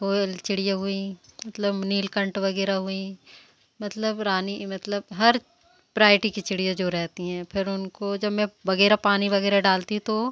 कोयल चिड़िया हुई मतलब नीलकंठ वगैरह हुई मतलब रानी मतलब हर ब्राइटी की चिड़िया जो रहती हैं फ़िर उनको जब मैं वगैरह पानी वगैरह डालती तो